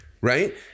right